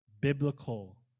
biblical